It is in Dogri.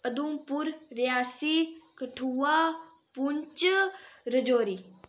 उधमपुर रियासी कठुआ पूंछ रजौरी